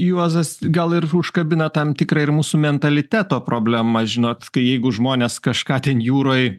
juozas gal ir užkabina tam tikrą ir mūsų mentaliteto problemą žinot kai jeigu žmonės kažką ten jūroj